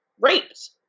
raped